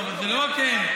לא, אבל זה לא רק הם.